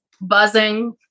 buzzing